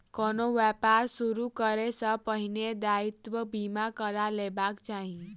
कोनो व्यापार शुरू करै सॅ पहिने दायित्व बीमा करा लेबाक चाही